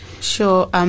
Sure